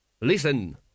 Listen